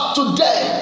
today